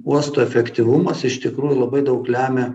uosto efektyvumas iš tikrųjų labai daug lemia